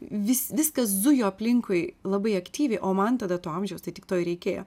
vis viskas zujo aplinkui labai aktyviai o man tada to amžiaus to ir reikėjo